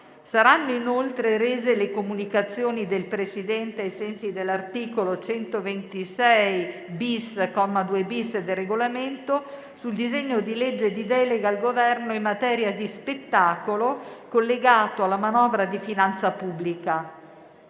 Saranno inoltre rese le comunicazioni del Presidente, ai sensi dell'articolo 126-*bis*, comma 2-*bis*, del Regolamento, sul disegno di legge di delega al Governo in materia di spettacolo, collegato alla manovra di finanza pubblica.